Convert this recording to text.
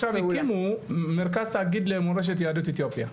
הקימו מרכז תאגיד למורשת יהדות אתיופיה,